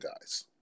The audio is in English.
guys